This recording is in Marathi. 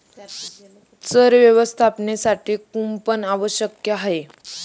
चर व्यवस्थापनासाठी कुंपण आवश्यक आहे